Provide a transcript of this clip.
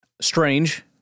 Strange